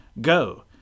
Go